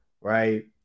right